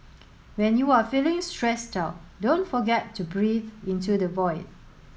when you are feeling stressed out don't forget to breathe into the void